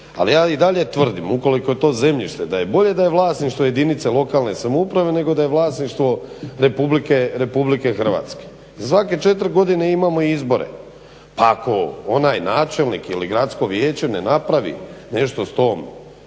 Ali ja i dalje tvrdim ukoliko to zemljište da je bolje da je vlasništvo jedinice lokalne samouprave nego da je vlasništvo Republike Hrvatske. Svake četiri godine imamo izbore. Pa ako onaj načelnik ili gradsko vijeće ne napravi nešto s tom